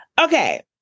Okay